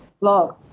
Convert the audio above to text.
blog